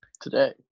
today